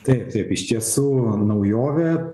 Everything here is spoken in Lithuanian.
tai taip iš tiesų naujovė